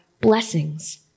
blessings